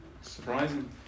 surprising